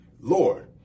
Lord